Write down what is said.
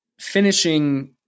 finishing